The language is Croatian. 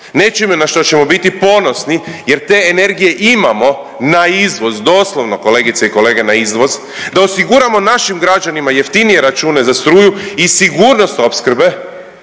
nečime na što ćemo biti ponosni jer te energije imamo na izvoz doslovno kolegice i kolege na izvoz, da osiguramo našim građanima jeftinije račune za struju i sigurnost opskrbe,